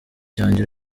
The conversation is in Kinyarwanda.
cyanjye